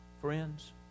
friends